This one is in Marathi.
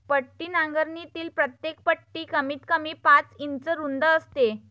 पट्टी नांगरणीतील प्रत्येक पट्टी कमीतकमी पाच इंच रुंद असते